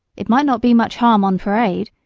it might not be much harm on parade,